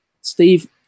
Steve